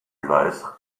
realize